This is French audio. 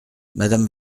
madame